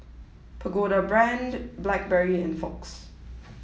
Pagoda Brand Blackberry and Fox